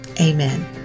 amen